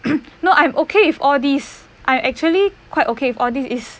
no I'm okay with all these I actually quite okay with all these is